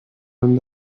han